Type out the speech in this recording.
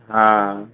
हँ